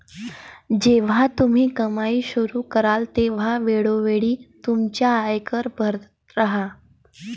जेव्हा तुम्ही कमाई सुरू कराल तेव्हा वेळोवेळी तुमचा आयकर भरत राहा